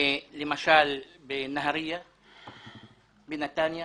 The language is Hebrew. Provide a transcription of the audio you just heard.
למשל בנהריה, בנתניה,